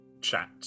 chat